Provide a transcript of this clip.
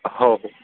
हो हो